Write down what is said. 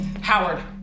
Howard